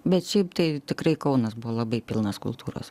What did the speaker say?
bet šiaip tai tikrai kaunas buvo labai pilnas kultūros